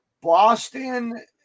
Boston